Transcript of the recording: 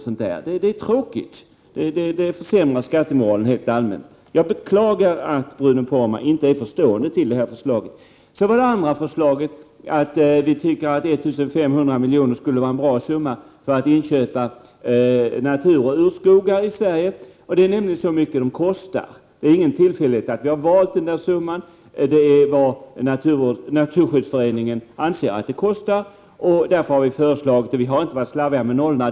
Det är tråkigt. Det försämrar skattemoralen helt allmänt. Jag beklagar att Bruno Poromaa inte är förstående till detta förslag. Så till det andra förslaget. Vi tycker att 1 500 miljoner skulle vara en bra summa för att inköpa naturoch urskogar i Sverige. Det är nämligen så mycket det kostar. Det är ingen tillfällighet att vi har valt den summan. Det är vad naturskyddsföreningen anser att det kostar. Därför har vi föreslagit den summan. Vi har inte varit slarviga med nollorna.